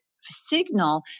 signal